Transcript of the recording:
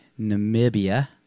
Namibia